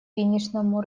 финишному